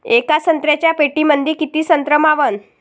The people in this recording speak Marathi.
येका संत्र्याच्या पेटीमंदी किती संत्र मावन?